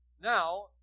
Now